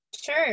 Sure